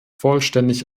vollständig